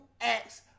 acts